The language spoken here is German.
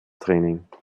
training